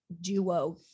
duo